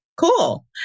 cool